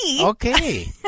Okay